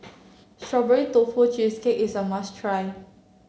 Strawberry Tofu Cheesecake is a must try